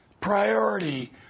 priority